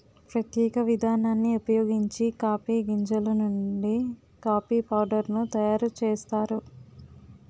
ప్రత్యేక విధానాన్ని ఉపయోగించి కాఫీ గింజలు నుండి కాఫీ పౌడర్ ను తయారు చేస్తారు